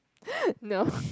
no